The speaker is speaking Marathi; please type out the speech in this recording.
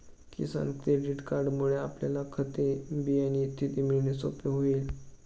किसान क्रेडिट कार्डमुळे आपल्याला खते, बियाणे इत्यादी मिळणे सोपे होईल